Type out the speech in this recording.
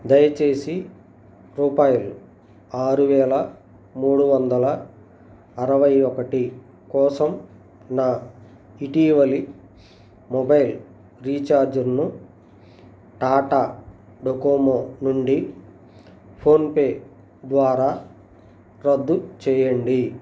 దయచేసి రూపాయలు ఆరువేల మూడు వందల అరవై ఒకటి కోసం నా ఇటీవలి మొబైల్ రీఛార్జిను టాటా డొకోమో నుండి ఫోన్పే ద్వారా రద్దు చేయండి